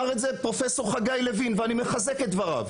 פרופ' לוין, ואני מסכים,